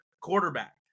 quarterback